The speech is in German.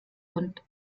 und